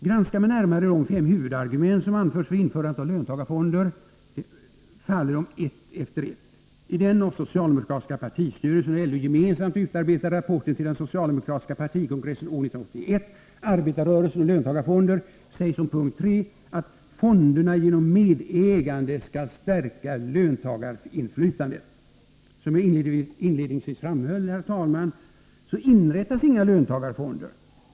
Granskar man närmare de fem huvudargument som har anförts för införande av löntagarfonder, faller de ett efter ett. I den av socialdemokratiska partistyrelsen och LO gemensamt utarbetade rapporten till den socialdemokratiska partikongressen år 1981 — Arbetarrörelsen och löntagarfonderna — sägs som punkt 3 att fonderna genom medägande skall stärka löntagarinflytandet. Som jag inledningsvis framhöll, herr talman, inrättas inga löntagarfonder.